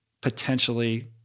potentially